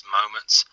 moments